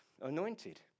anointed